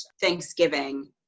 Thanksgiving